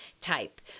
type